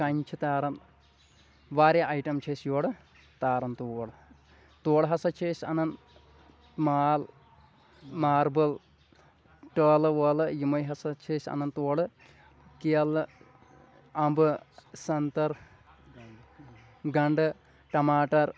کَنہِ چھِ تاران واریاہ آیٹم چھِ أسۍ یورٕ تاران تور تورٕ ہسا چھِ أسۍ انان مال ماربَل ٹٲلہٕ وٲلہٕ یِمٕے ہسا چھِ أسۍ انان تورٕ کیلہٕ اَمبہٕ سَنگتر گنڈٕ ٹماٹر